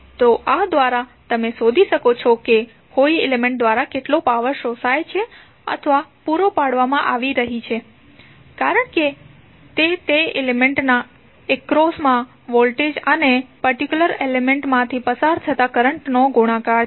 તો આ દ્વારા તમે શોધી શકો છો કે કોઈ એલિમેન્ટ દ્વારા કેટલો પાવર શોષાય છે અથવા પૂરો પાડવામાં આવી રહી છે કારણ કે તે તે એલિમેન્ટના એક્રોસમાના વોલ્ટેજ અને તે પર્ટિક્યુલર એલિમેન્ટમાંથી પસાર થતા કરંટ નો ગુણાકાર છે